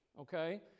okay